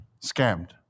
scammed